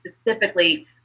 specifically